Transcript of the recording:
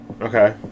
Okay